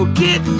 get